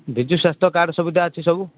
ବିଜୁ ସ୍ୱାସ୍ଥ୍ୟ କାର୍ଡ଼ ସୁବିଧା ଅଛି ସବୁ